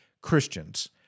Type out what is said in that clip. Christians